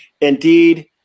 Indeed